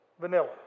vanilla